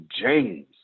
James